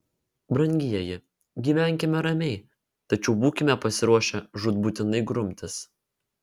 brangieji gyvenkime ramiai tačiau būkime pasiruošę žūtbūtinai grumtis